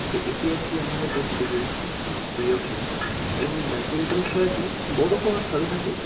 তো এটি একটি আমার কাছে খুবই প্রিয় খেলা এবং ব্যাডমিন্টন খেলাটি বড়ো হওয়ার সাথে সাথে